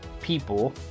people